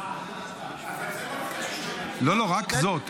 רק זאת.